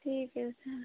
ठीक है सर